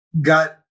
got